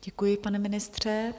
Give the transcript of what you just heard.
Děkuji, pane ministře.